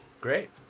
great